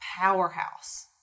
powerhouse